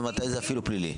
ומתי זה אפילו פלילי.